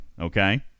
Okay